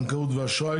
הנושא: פרק ז' (בנקאות ואשראי),